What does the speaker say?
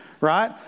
Right